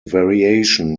variation